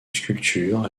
sculptures